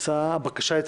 הצבעה בעד, 7 הבקשה אושרה.